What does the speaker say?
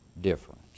difference